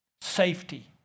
Safety